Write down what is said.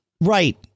Right